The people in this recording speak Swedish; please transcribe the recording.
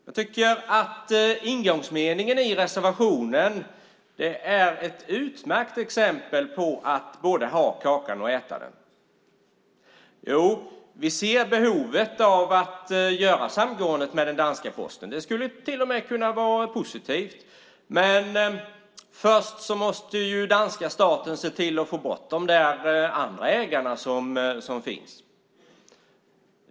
Jag tycker att ingångsmeningen i reservationen är ett utmärkt exempel på att vilja både ha kakan och äta den: Jo, vi ser behovet av att göra samgåendet med den danska Posten - det skulle till och med kunna vara positivt - men först måste danska staten se till att få bort de andra ägare som finns.